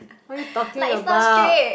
what you talking about